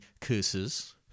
curses